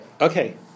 Okay